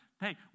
hey